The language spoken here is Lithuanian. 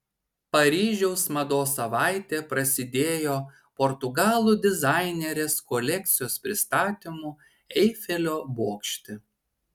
paryžiaus mados savaitė prasidėjo portugalų dizainerės kolekcijos pristatymu eifelio bokšte